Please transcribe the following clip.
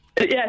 Yes